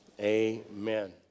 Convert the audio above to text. Amen